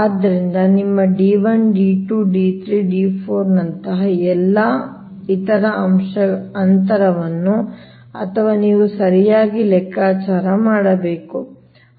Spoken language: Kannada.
ಆದ್ದರಿಂದ ನಿಮ್ಮ d1 d2 d3 d4 ನಂತಹ ಎಲ್ಲಾ ಇತರ ಅಂತರವನ್ನು ಅಥವಾ ನೀವು ಸರಿಯಾಗಿ ಲೆಕ್ಕಾಚಾರ ಮಾಡಬೇಕು